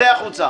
צא החוצה.